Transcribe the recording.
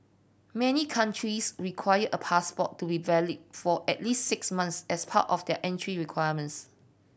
many countries require a passport to be valid for at least six months as part of their entry requirements